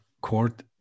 court